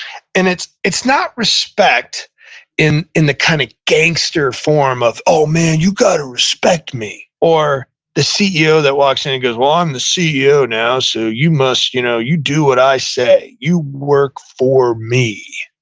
and it's it's not respect in in the kind of gangster form of, oh, man, you've got to respect me, or the ceo that walks in and goes, well, i'm the ceo, now, so you must, you know you do what i say. you work for me.